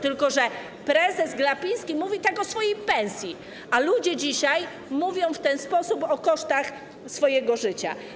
Tylko że prezes Glapiński mówi tak o swojej pensji, a ludzie dzisiaj mówią w ten sposób o kosztach swojego życia.